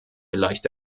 leichte